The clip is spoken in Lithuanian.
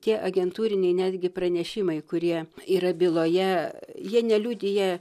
tie agentūriniai netgi pranešimai kurie yra byloje jie neliudija